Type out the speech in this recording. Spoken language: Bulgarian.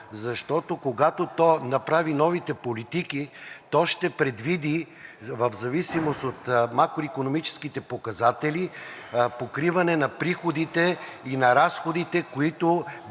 Защото, когато направи новите политики, то ще предвиди в зависимост от макроикономическите показатели покриване на приходите и на разходите, които